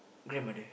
grandmother